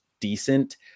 decent